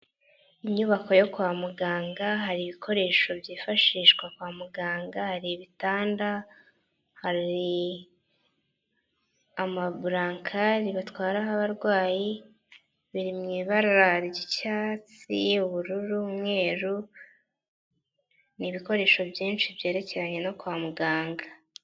Inyubako yo kwa muganga hari ibikoresho byifashishwa kwa mu ganga, hari ibitanda, hari amaburankari batwara nk'abarwayi biri mu ibara ry'icyatsi ubururu n'umweru nibikoresho byinshi byerekeranye no kwa muganga.